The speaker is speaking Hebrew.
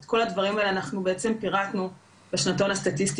את כל הדברים האלו פירטנו בשנתון הסטטיסטי